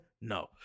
No